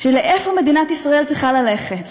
לאיפה מדינת ישראל צריכה ללכת?